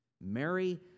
Mary